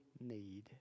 need